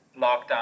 lockdown